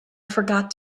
forgot